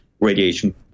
radiation